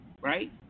Right